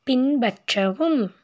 பின்பற்றவும்